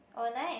oh nice